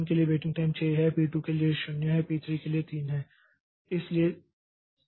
तो पी 1 के लिए वेटिंग टाइम 6 है पी 2 के लिए यह 0 है और पी 3 के लिए यह 3 है